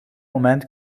moment